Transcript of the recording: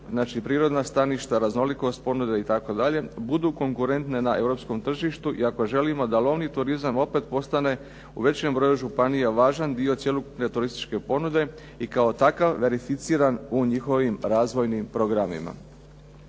znači prirodna staništa, raznolikost ponude itd. budu konkurentne na europskom tržištu i ako želimo da lovni turizam opet postane u većem broju županija važan dio cjelokupne turističke ponude i kao takav verificiran u njihovim razvojnim programima.